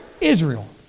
Israel